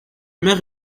mère